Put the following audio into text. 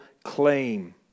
Claim